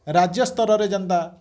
ରାଜ୍ୟ ସ୍ତରରେ ଯେନ୍ତା